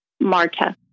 Marta